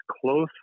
close